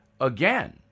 again